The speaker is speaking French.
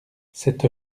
cette